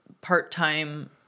part-time